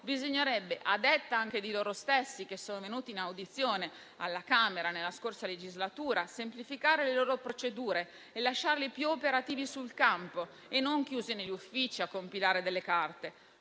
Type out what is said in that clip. bisognerebbe - a detta degli stessi che sono venuti in audizione alla Camera nella scorsa legislatura - semplificare le loro procedure e lasciarli più operativi sul campo e non chiusi negli uffici a compilare delle carte.